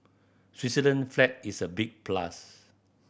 Switzerland flag is a big plus